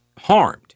harmed